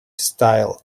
style